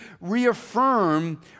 reaffirm